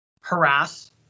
harass